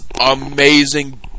amazing